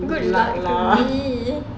good luck lah